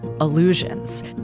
illusions